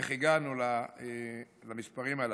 איך הגענו למספרים הללו: